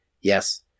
yes